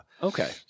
Okay